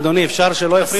אדוני, אפשר שלא יפריעו?